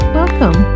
welcome